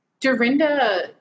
Dorinda